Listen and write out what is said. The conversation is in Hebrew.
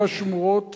לא השמורות